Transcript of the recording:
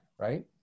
right